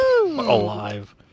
alive